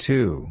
Two